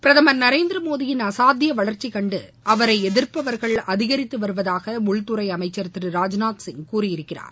பிரதமர் நரேந்திரமோடியின் அசாத்திய வளர்ச்சி கண்டு அவரை எதிர்ப்பவர்கள் அதிகரித்துவருவதாக உள்துறை அமைச்சர் திரு ராஜ்நாத் சிங் கூறியிருக்கிறார்